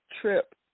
trip